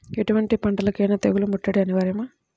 ఎటువంటి పంటలకైన తెగులు ముట్టడి అనివార్యమా?